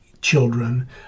children